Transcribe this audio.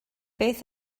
beth